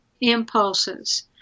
impulses